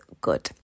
good